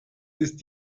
ist